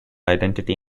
identity